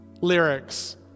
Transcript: lyrics